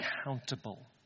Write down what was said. accountable